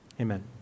Amen